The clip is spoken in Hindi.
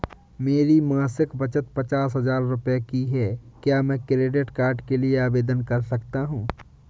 मेरी मासिक बचत पचास हजार की है क्या मैं क्रेडिट कार्ड के लिए आवेदन कर सकता हूँ?